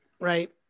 right